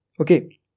Okay